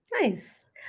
Nice